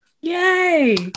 Yay